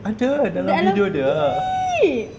ada dalam video dia